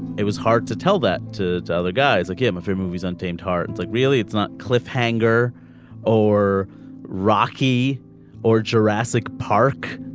it was hard to tell that to to other guys like like him. free movies untamed heart like really it's not cliffhanger or rocky or jurassic park.